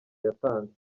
yatanze